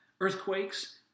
earthquakes